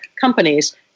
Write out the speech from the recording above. companies